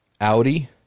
Audi